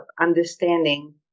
understanding